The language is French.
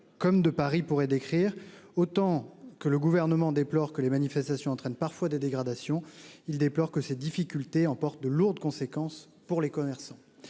ou de Paris pourraient décrire. Le Gouvernement déplore que les manifestations entraînent parfois des dégradations, mais également que ces difficultés emportent de lourdes conséquences pour les commerçants.